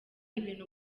ibintu